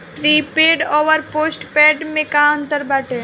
Prepaid अउर postpaid में का अंतर बाटे?